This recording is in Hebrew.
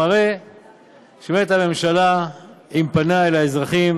מראה שבאמת הממשלה עם פניה אל האזרחים